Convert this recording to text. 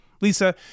Lisa